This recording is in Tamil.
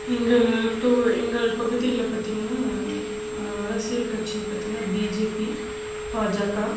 எங்கள் தொகு எங்கள் பகுதியில் பார்த்தீங்கன்னா அரசியல் கட்சி பார்த்தீங்கன்னா பிஜேபி பாஜக